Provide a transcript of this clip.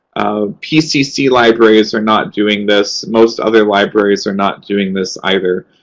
ah pcc libraries are not doing this. most other libraries are not doing this, either.